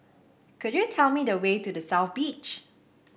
could you tell me the way to The South Beach